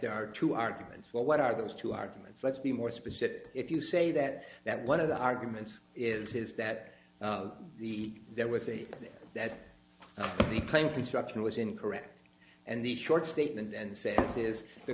ere are two arguments well what are those two arguments let's be more specific if you say that that one of the arguments is is that the there were three that the claim construction was incorrect and the short statement and say it is the